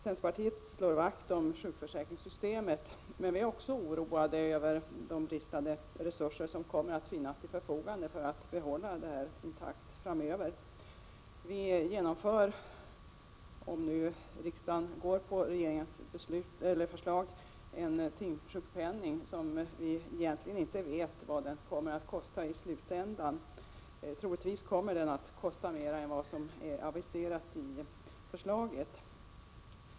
Centerpartiet slår vakt om sjukförsäkringssystemet. Men vi är också oroade över den brist på resurser som står till förfogande för att vi framöver skall kunna hålla systemet intakt. Om riksdagen bifaller regeringens förslag får vi en timsjukpenning som vi egentligen inte vet vad den kommer att kosta i slutändan. Troligen kommer den att kosta mer än vad som aviseras i förslaget.